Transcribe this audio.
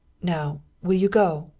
now, will you go?